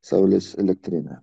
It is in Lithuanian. saulės elektrinę